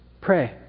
pray